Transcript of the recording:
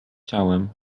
ciałem